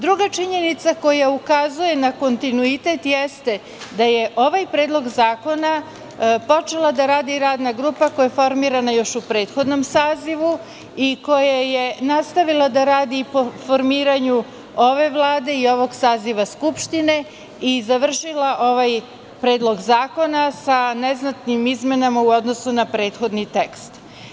Druga činjenica koja ukazuje na kontinuitet jeste da je ovaj predlog zakona počela da radi radna grupa koja je formirana još u prethodnom sazivu i koja je nastavila da radi i po formiranju ove Vlade i ovog saziva Skupštine i završila ovaj predlog zakona sa neznatnim izmenama u odnosu ne prethodni tekst.